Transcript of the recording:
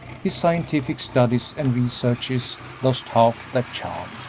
his scientific studies and researches lost half their charm.